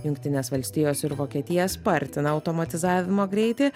jungtinės valstijos ir vokietija spartina automatizavimo greitį